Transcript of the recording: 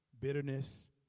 Bitterness